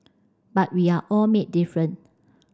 but we are all made different